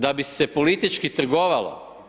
Da bi se politički trgovalo?